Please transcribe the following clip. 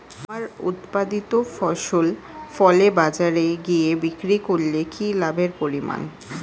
আমার উৎপাদিত ফসল ফলে বাজারে গিয়ে বিক্রি করলে কি লাভের পরিমাণ?